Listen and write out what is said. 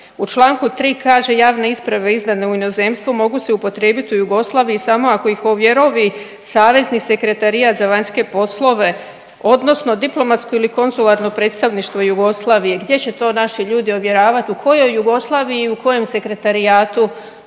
U Članku 3. kaže javne isprave izdane u inozemstvu mogu se upotrijebiti u Jugoslaviji samo ako ih ovjerovi Savezni sekretarijat za vanjske poslove odnosno diplomatsko ili konzularno predstavništvo Jugoslavije. Gdje će to naši ljudi ovjeravati u kojoj Jugoslaviji i u kojem sekretarijatu